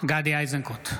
גדי איזנקוט,